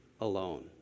alone